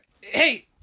hey